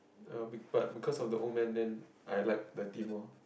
er but because of the old man then I like the team lor